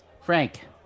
Frank